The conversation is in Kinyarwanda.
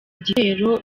igitero